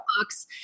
books